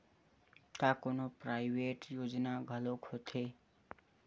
का कोनो प्राइवेट योजना घलोक होथे?